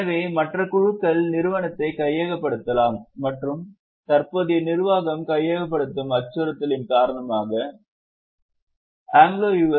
எனவே மற்ற குழுக்கள் நிறுவனத்தை கையகப்படுத்தலாம் மற்றும் தற்போதைய நிர்வாகம் கையகப்படுத்தும் அச்சுறுத்தலின் காரணமாக அங்லோ யு